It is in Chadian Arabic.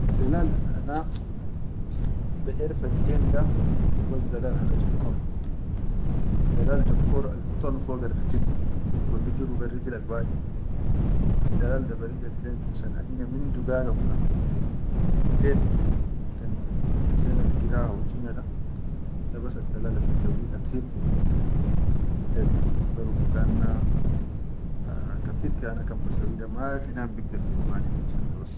Al dalal al ana baʼerifa bilen da hubas dalal han jakkor, al dalal jokkor al bidon foggal rajil wa bijiru bel riji lel wade addalal da ba ride bilen finshan amma min dugaga kula fillel kan mashenal gira hau kan jina da, dabas addilal al nasawwi katir ke fillel da be rufuganna katir ke kan ana basawwi mafi nam bir mani finshan ke.